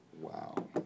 Wow